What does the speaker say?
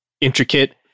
intricate